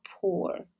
poor